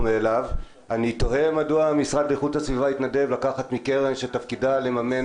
אני תוהה מדוע המשרד לאיכות הסביבה התנדב לקחת מקרן שתפקידה לממן